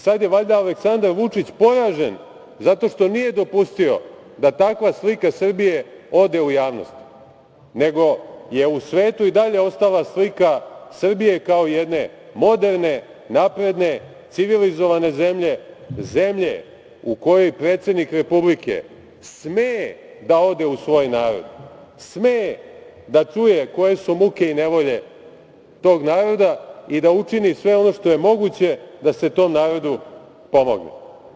Sad je valjda Aleksandar Vučić poražen zato što nije dopustio da takva slika Srbije ode u javnost, nego je u svetu i dalje ostala slika Srbije kao jedne moderne, napredne, civilizovane zemlje, zemlje u kojoj predsednik Republike sme da ode u svoj narod, sme da čuje koje su muke i nevolje tog naroda i da učini sve ono što je moguće da se tom narodu pomogne.